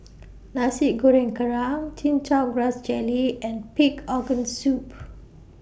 Nasi Goreng Kerang Chin Chow Grass Jelly and Pig Organ Soup